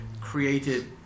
created